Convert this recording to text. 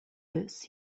this